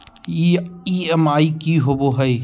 EMI की होवे है?